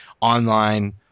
online